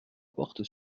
porte